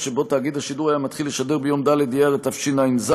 שבו תאגיד השידור היה מתחיל לשדר ביום ד' באייר התשע"ז,